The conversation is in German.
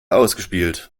ausgespielt